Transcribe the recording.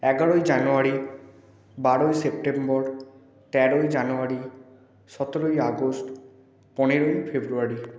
এগারোই জানুয়ারি বারোই সেপ্টেম্বর তেরোই জানুয়ারি সতেরোই আগস্ট পনেরোই ফেব্রুয়ারি